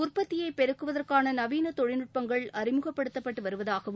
உற்பத்தியை பெருக்குவதற்கான நவீன தொழில்நுட்பங்கள் அறிமுகப்படுத்தப்பட்டு வருவதாகவும்